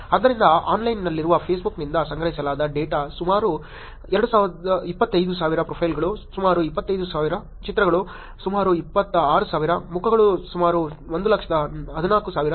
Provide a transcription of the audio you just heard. ಆದ್ದರಿಂದ ಆನ್ಲೈನ್ನಲ್ಲಿರುವ ಫೇಸ್ಬುಕ್ನಿಂದ ಸಂಗ್ರಹಿಸಲಾದ ಡೇಟಾ ಸುಮಾರು 25000 ಪ್ರೊಫೈಲ್ಗಳು ಸುಮಾರು 25000 ಚಿತ್ರಗಳು ಸುಮಾರು 26000 ಮುಖಗಳು ಸುಮಾರು 114000 ಸಾವಿರ